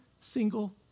single